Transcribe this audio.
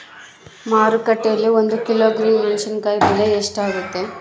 ಮಾರುಕಟ್ಟೆನಲ್ಲಿ ಒಂದು ಕಿಲೋಗ್ರಾಂ ಮೆಣಸಿನಕಾಯಿ ಬೆಲೆ ಎಷ್ಟಾಗೈತೆ?